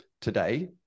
Today